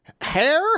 Hair